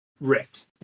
ripped